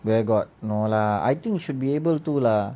where got no lah I think should be able to lah